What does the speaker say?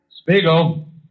Spiegel